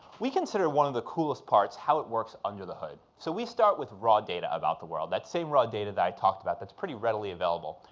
we consider one of the coolest parts how it works under the hood. so we start with raw data about the world, that same raw data that i talked about that's pretty readily available,